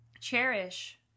cherish